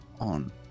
on